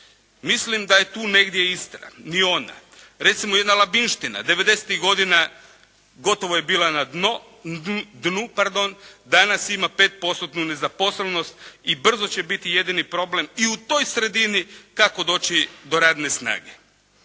Mislim da je tu negdje Istra, ni ona. Recimo, jedna Labinština devedesetih godina gotovo je bila na dnu. Danas ima pet postotnu nezaposlenost i brzo će biti jedini problem i u toj sredini kako doći do radne snage.